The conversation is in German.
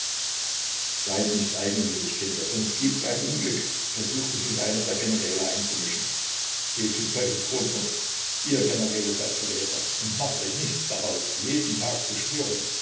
seid nicht eigensinnig kinder sonst gibt's ein unglück versuchte sich einer der generäle einzumischen geh zu teufels großmutter ihr generäle seid verräter und macht euch nichts draus jeden tag zu schwören